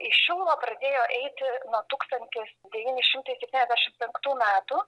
į šiluvą pradėjo eiti nuo tūkstantis devyni šimtai septyniasdešim penktų metų